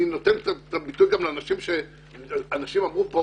אנשים אמרו פה